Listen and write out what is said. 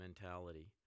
mentality